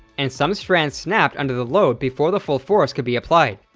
and some strands snapped under the load before the full force could be applied.